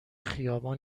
خیابان